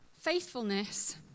Faithfulness